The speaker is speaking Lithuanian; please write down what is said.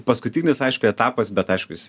paskutinis aišku etapas bet aišku jis